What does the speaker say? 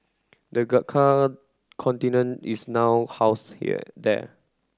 the Gurkha is now house here there